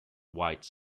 white